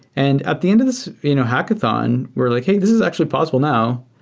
and at the end of this you know hackathon we're like, hey, this is actually possible now.